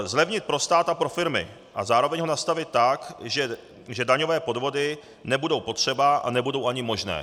Zlevnit pro stát a pro firmy a zároveň ho nastavit tak, že daňové podvody nebudou potřeba a nebudou ani možné.